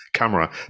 camera